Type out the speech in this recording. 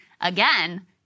again